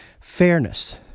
fairness